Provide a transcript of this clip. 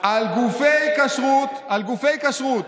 הרבנות הראשית, על גופי כשרות